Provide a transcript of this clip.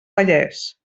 vallès